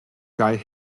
guy